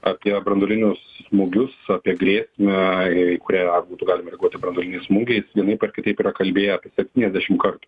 apie branduolinius smūgius apie grėsmę į kurią būtų galima reaguoti branduoliniais smūgiais vienaip ar kitaip yra kalbėję apie septyniasdešim kartų